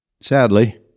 Sadly